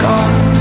God